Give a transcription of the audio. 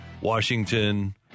Washington